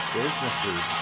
businesses